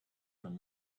from